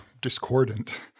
discordant